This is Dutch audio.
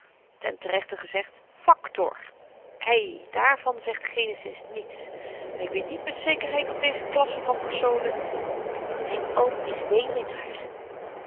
ten rechte gezegd factor ei daarvan zegt genesis niets en ik weet niet met zekerheid of deze klasse van personen myn oom is wéwenaar